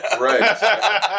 Right